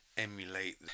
Emulate